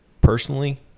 Personally